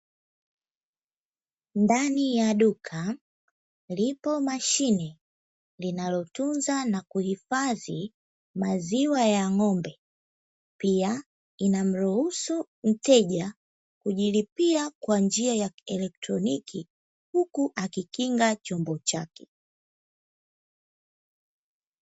Ndani ya duka, lipo mashine linalotunza na kuhifadhi maziwa ya ng'ombe, pia linamruhusu mteja kujilipia kwa njia ya kielektroniki, huku akikinga chombo chake.